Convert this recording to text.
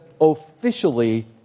officially